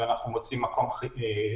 ואנחנו מוצאים מקום חלופי.